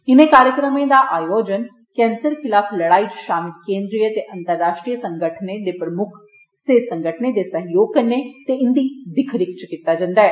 इनें कार्यक्रमें दा आयोजन कैंसर खलाफ लड़ाई च षामिल केंद्री ते अंतराश्ट्रीय संगठनें ते प्रमुक्ख सेहत संगठनें दे सहयोग कन्नै ते इन्दी दिक्ख रिक्ख च कीत्ता जन्दा ऐ